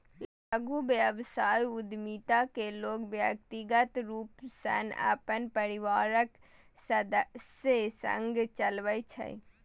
लघु व्यवसाय उद्यमिता कें लोग व्यक्तिगत रूप सं अपन परिवारक सदस्य संग चलबै छै